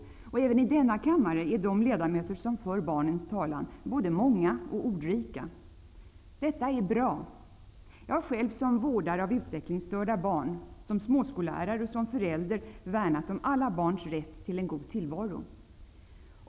I denna kammare finns det också många, ordrika ledamöter som för barnens talan. Detta är bra. Jag har själv som vårdare av utvecklingsstörda barn, som småskollärare och som förälder värnat om alla barns rätt till en god tillvaro.